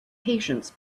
patience